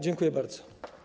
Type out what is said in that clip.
Dziękuję bardzo.